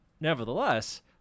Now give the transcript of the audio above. nevertheless